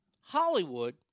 Hollywood